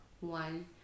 one